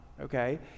okay